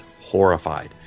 horrified